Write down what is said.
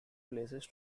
places